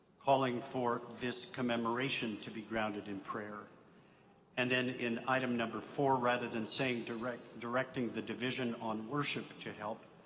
calling for this commemoration to be grounded in prayer and then in item number four, rather than saying directing directing the division on worship to help,